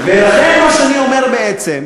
לכן, מה שאני אומר בעצם,